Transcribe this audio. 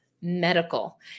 Medical